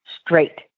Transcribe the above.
straight